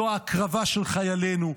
זו ההקרבה של חיילינו.